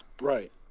Right